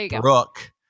brooke